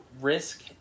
Risk